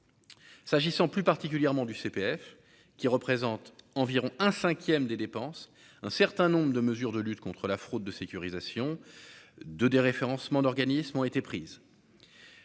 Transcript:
S'agissant plus particulièrement du CPF, qui représente environ un 5ème des dépenses un certain nombre de mesures de lutte contre la fraude de sécurisation de déréférencement d'organismes ont été prises.